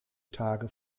tage